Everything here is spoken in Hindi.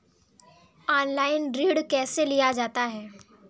ऑनलाइन ऋण कैसे लिया जाता है?